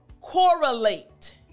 correlate